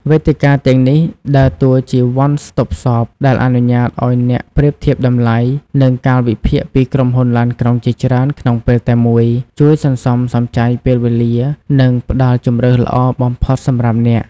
វេទិកាទាំងនេះដើរតួជា វ័ន ស្តុបសប ដែលអនុញ្ញាតឱ្យអ្នកប្រៀបធៀបតម្លៃ និងកាលវិភាគពីក្រុមហ៊ុនឡានក្រុងជាច្រើនក្នុងពេលតែមួយ ជួយសន្សំសំចៃពេលវេលា និងផ្តល់ជម្រើសល្អបំផុតសម្រាប់អ្នក។